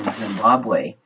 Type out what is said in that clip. Zimbabwe